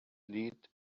lead